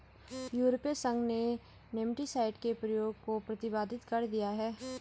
यूरोपीय संघ ने नेमेटीसाइड के प्रयोग को प्रतिबंधित कर दिया है